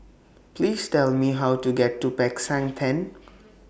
Please Tell Me How to get to Peck San Theng